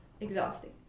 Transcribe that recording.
exhausting